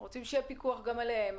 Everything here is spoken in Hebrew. אנחנו רואים שיהיה פיקוח גם עליהם.